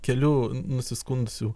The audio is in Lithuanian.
kelių nusiskundusių